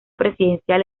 presidencial